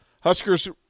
Huskers